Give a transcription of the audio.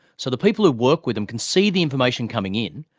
so the people who work with them can see the information coming in,